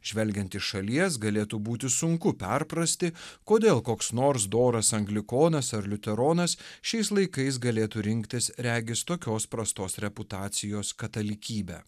žvelgiant iš šalies galėtų būti sunku perprasti kodėl koks nors doras anglikonas ar liuteronas šiais laikais galėtų rinktis regis tokios prastos reputacijos katalikybę